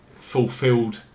fulfilled